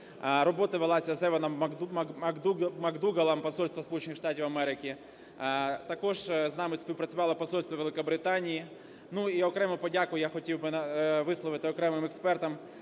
Робота велася Севеном Макдугаллом посольства Сполучених Штатів Америки. Також з нами співпрацювало посольство Великобританії. Ну і окрему подяку я хотів би висловити окремим експертам